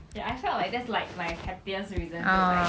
ya I felt like that's like my pettiest reason to like